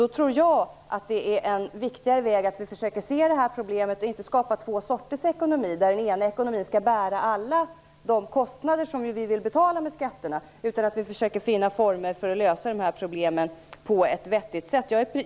Jag tror att det är en riktigare väg att försöka undvika att skapa två sorters ekonomi, av vilka den ena skall bära alla de kostnader som vi vill betala med skatterna. Vi bör i stället försöka finna former för att lösa dessa problem på ett vettigt sätt.